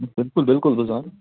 بِلکُل بِلکُل بہٕ زانہٕ